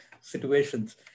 situations